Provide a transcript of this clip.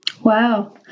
Wow